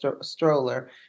stroller